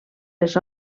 les